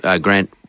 Grant